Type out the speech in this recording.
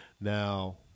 Now